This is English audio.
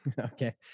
Okay